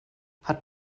hat